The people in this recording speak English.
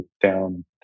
down